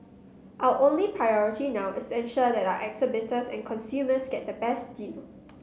our only priority now is ensure that our exhibitors and consumers get the best deal